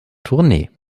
tournee